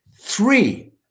Three